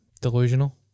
Delusional